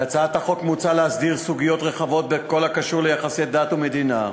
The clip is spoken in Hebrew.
בהצעת החוק מוצע להסדיר סוגיות רחבות בכל הקשור ליחסי דת ומדינה,